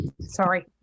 Sorry